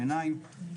עיניים.